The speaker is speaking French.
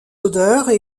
odeurs